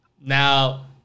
now